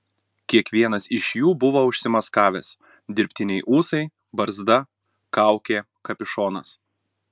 kiekvienas iš jų buvo užsimaskavęs dirbtiniai ūsai barzda kaukė kapišonas